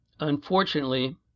Unfortunately